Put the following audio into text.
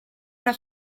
una